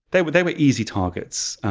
they were they were easy targets.